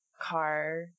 car